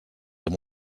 amb